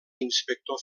inspector